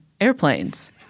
airplanes